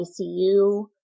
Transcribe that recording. ICU